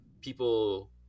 people